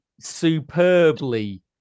superbly